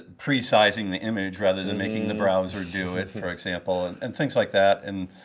pre-sizing the image rather than making the browser do it, for example, and and things like that. and